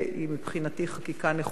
היא מבחינתי חקיקה נכונה,